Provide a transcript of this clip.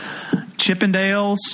Chippendales